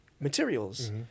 materials